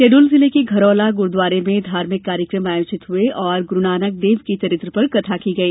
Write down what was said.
शहडोल जिले के घरौला गुरूद्वारा में धार्मिक कार्यक्रम आयोजित हुए और गुरूनानक देव के चरित्र पर कथा की गई